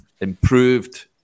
improved